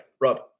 Rob